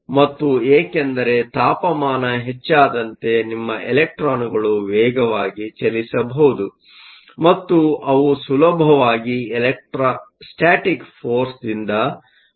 ಮತ್ತು ಏಕೆಂದರೆ ತಾಪಮಾನ ಹೆಚ್ಚಾದಂತೆ ನಿಮ್ಮ ಎಲೆಕ್ಟ್ರಾನ್ಗಳು ವೇಗವಾಗಿ ಚಲಿಸಬಹುದು ಮತ್ತು ಅವು ಸುಲಭವಾಗಿ ಎಲೆಕ್ಟ್ರೊಸ್ಟ್ಯಾಟಿಕ್ ಫೋರ್ಸ್ದಿಂದ ಪಾರಾಗಬಹುದು